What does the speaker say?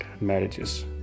marriages